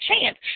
chance